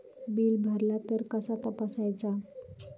Bill भरला तर कसा तपसायचा?